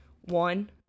one